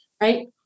right